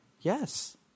Yes